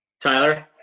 Tyler